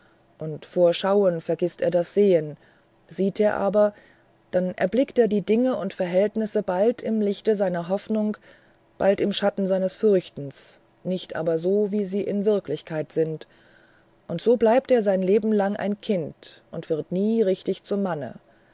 und vor schauen vergißt er das sehen sieht er aber dann erblickt er die dinge und verhältnisse bald im lichte seiner hoffnung bald im schatten seines fürchtens nicht aber so wie sie in wirklichkeit sind und so bleibt er sein leben lang ein kind und wird nie richtig zum manne